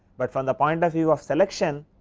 but from the point of view of selection,